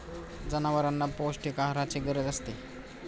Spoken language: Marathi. जनावरांना पौष्टिक आहाराची गरज असते